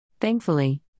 thankfully